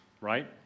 Right